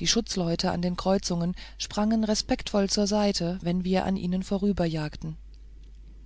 die schutzleute an den kreuzungen sprangen respektvoll zur seite wenn wir an ihnen vorüberjagten